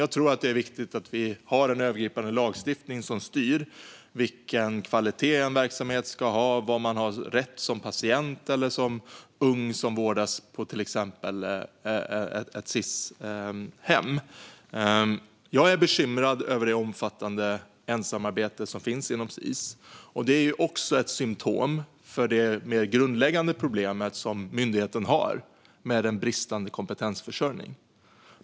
Jag tror att det är viktigt att vi har en övergripande lagstiftning som styr vilken kvalitet en verksamhet ska ha och vad man har rätt till som patient eller som ung som vårdas på till exempel ett Sis-hem. Jag är bekymrad över det omfattande ensamarbete som finns inom Sis. Det är också ett symtom på det mer grundläggande problem som myndigheten har med bristande kompetensförsörjning.